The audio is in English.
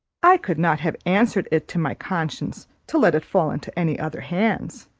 i could not have answered it to my conscience to let it fall into any other hands.